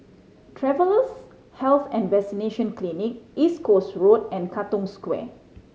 Travellers' Health and Vaccination Clinic East Coast Road and Katong Square